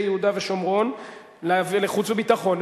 יהודה ושומרון להעביר לחוץ וביטחון,